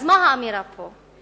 אז מה האמירה פה?